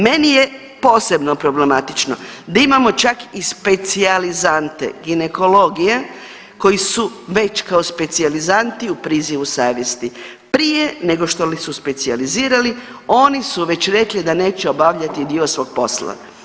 Meni je posebno problematično da imamo čak i specijalizante ginekologije koji su već kao specijalizanti u prizivu savjesti, prije nego što li su specijalizirali oni su već rekli da neće obavljati dio svog posla.